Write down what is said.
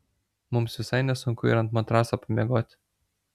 mums visai nesunku ir ant matraso pamiegoti